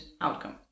outcome